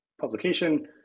publication